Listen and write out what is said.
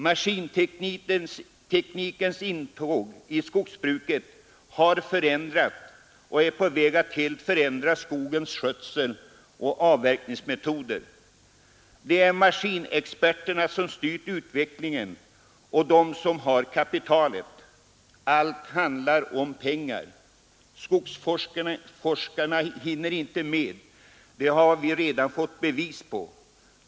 Maskinteknikens intåg i skogsbruket har förändrat och är på väg att helt förändra skogens skötsel liksom avverkningsmetoderna. Det är maskinexperterna och de som har kapitalet som styrt utvecklingen. Allt handlar om pengar. Skogsforskarna hinner inte med; det har vi redan fått bevis på.